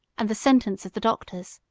and the sentence of the doctors,